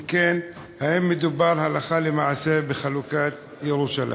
3. אם כן, האם מדובר הלכה למעשה בחלוקת ירושלים?